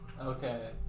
Okay